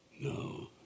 no